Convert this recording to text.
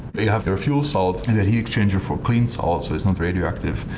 they have their fuel salts and a heat exchanger for clean salts, not radioactive.